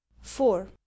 four